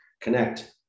connect